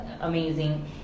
amazing